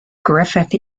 griffith